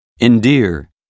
endear